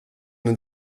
nos